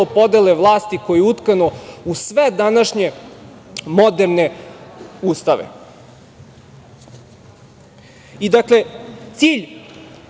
podele vlasti, a što je utkano u sve današnje moderne ustave. Dakle, cilj